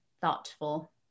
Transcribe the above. thoughtful